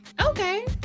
okay